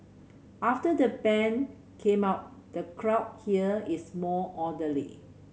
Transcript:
after the ban came up the crowd here is more orderly